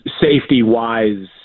safety-wise